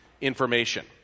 information